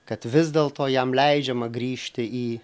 kad vis dėlto jam leidžiama grįžti į